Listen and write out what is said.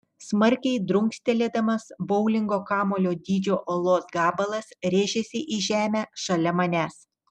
smarkiai dunkstelėdamas boulingo kamuolio dydžio uolos gabalas rėžėsi į žemę šalia manęs